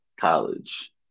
college